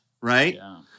right